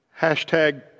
hashtag